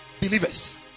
believers